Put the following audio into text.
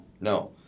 No